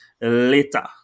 Later